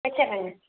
வச்சுட்றேங்க